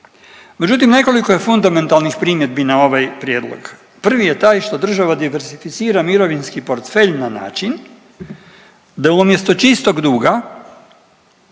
Međutim nekoliko je fundamentalnih primjedbi na ovaj prijedlog, prvi je taj što država diversificira mirovinski portfelj na način da umjesto čistog duga